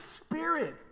Spirit